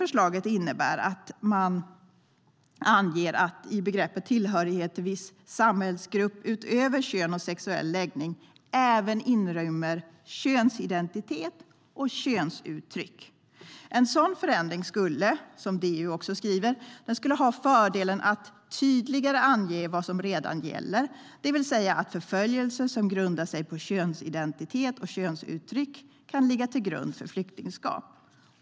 Förslaget innebär att man anger att begreppet tillhörighet till viss samhällsgrupp, utöver kön och sexuell läggning, även inrymmer könsidentitet och könsuttryck. En sådan förändring skulle, som DO också skriver, ha "fördelen att tydligare ange vad som redan gäller", det vill säga att förföljelse som grundar sig på könsidentitet och könsuttryck kan ligga till grund för flyktingskap.